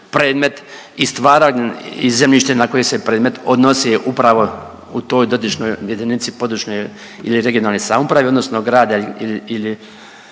predmet i stvarao, i zemljište na koje se predmet odnosi, upravo u toj dotičnoj jedinice područne (regionalne) samouprave odnosno grada ili